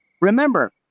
remember